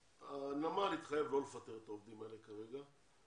הנמל יתחייב לא לפטר את העובדים האלה כרגע,